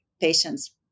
patients